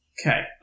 Okay